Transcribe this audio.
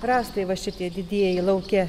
rastai va šitie didieji lauke